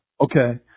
Okay